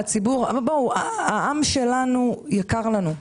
העם שלנו יקר לנו.